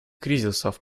кризисов